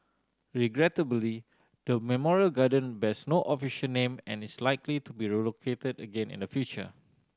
regrettably the memorial garden bears no official name and is likely to be relocated again in the future